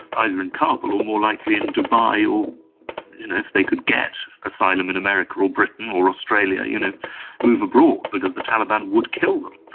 either in kabul or more likely in dubai or if they could get asylum in america or britain or australia, you know move abroad, because the taliban would kill them.